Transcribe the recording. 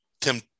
Tim